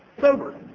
sober